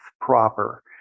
proper